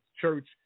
church